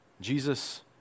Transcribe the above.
Jesus